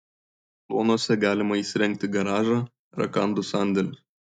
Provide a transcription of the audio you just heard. kluonuose galima įsirengti garažą rakandų sandėlius